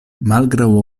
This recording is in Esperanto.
malgraŭ